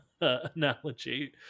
analogy